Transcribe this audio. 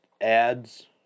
ads